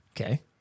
Okay